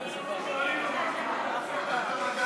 החוקה.